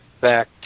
back